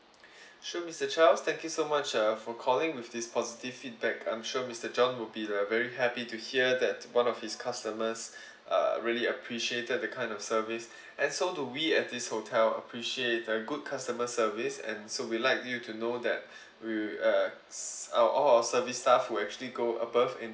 so mister charles thank you so much uh for calling with this positive feedback I'm sure mister john would be uh very happy to hear that one of his customers uh really appreciated the kind of service and so do we at this hotel appreciate a good customer service and so we'd like you to know that we uh ah all our service staff who actually go above and